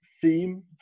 theme